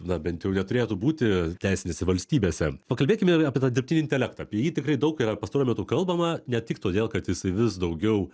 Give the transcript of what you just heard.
na bent jau neturėtų būti teisinėse valstybėse pakalbėkime ir apie tą dirbtinį intelektą apie jį tikrai daug yra pastaruoju metu kalbama ne tik todėl kad jisai vis daugiau